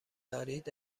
دارید